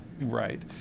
Right